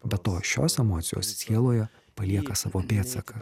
be to šios emocijos sieloje palieka savo pėdsaką